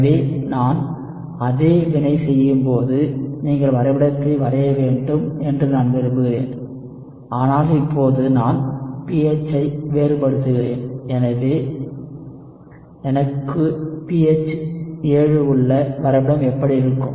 எனவே நான் அதே வினை செய்யும் போது நீங்கள் வரைபடத்தை வரைய வேண்டும் என்று நான் விரும்புகிறேன் ஆனால் இப்போது நான் pH ஐ வேறுபடுத்துகிறேன் எனக்கு pH 7 உள்ள வரைபடம் எப்படி இருக்கும்